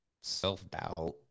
self-doubt